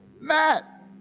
Matt